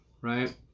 right